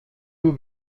nur